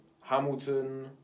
Hamilton